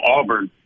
Auburn